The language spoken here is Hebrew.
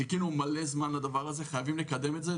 חיכינו לזה הרבה זמן וחייבים לקדם את זה.